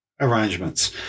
arrangements